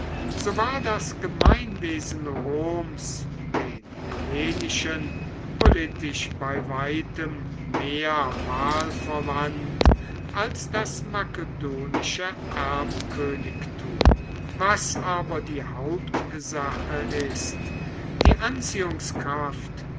so war das gemeinwasen roms den hellenischen politisch bei weitem mehr wahlverwandt als das makedonische erbkönigtum was aber die hauptsache ist die anziehungskraft